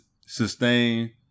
sustain